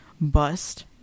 bust